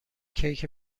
کیک